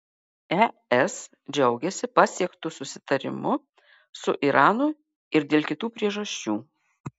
es džiaugiasi pasiektu susitarimu su iranu ir dėl kitų priežasčių